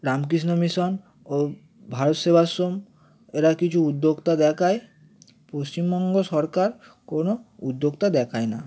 Ramakrishna mission ও ভারত সেবাশ্রম এরা কিছু উদ্যোক্তা দেখায় পশ্চিমবঙ্গ সরকার কোনো উদ্যোক্তা দেখায় না